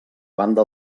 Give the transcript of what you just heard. banda